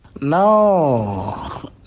No